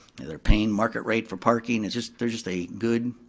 they're paying market rate for parking, it's just, they're just a good